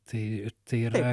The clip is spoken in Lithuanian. tai tai yra